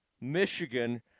Michigan